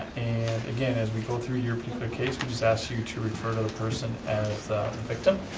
and again, as we go through your particular case we just ask you to refer to the person as the victim,